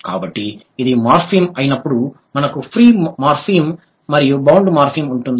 కాబట్టి ఇది మార్ఫిమ్ అయినప్పుడు మనకు ఫ్రీ మార్ఫిమ్ మరియు బౌండ్ మార్ఫిమ్ ఉంటుంది